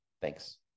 Thanks